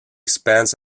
spends